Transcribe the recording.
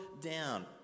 down